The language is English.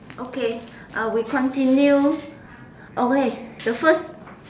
okay uh we continue okay the first